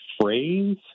phrase